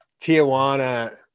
Tijuana